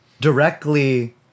directly